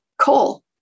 coal